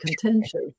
contentious